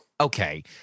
okay